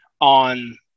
on